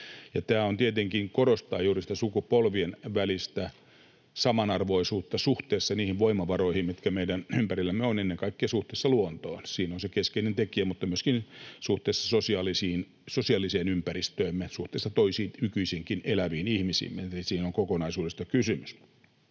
Tämä tietenkin korostaa juuri sitä sukupolvien välistä samanarvoisuutta suhteessa niihin voimavaroihin, mitkä meidän ympärillämme ovat, ennen kaikkea suhteessa luontoon — siinä on se keskeinen tekijä — mutta myöskin suhteessa sosiaaliseen ympäristöömme, suhteessa toisiin, nykyisinkin eläviin ihmisiin. Eli siinä on kokonaisuudesta kysymys.